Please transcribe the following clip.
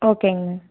ஓகேங்க மேம்